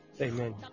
Amen